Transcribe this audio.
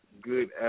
good